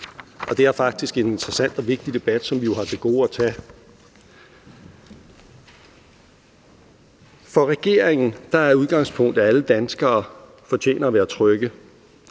Det er faktisk en interessant og vigtig debat, som vi jo har til gode at tage. For regeringen er udgangspunktet, at alle danskere fortjener at være trygge.